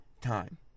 time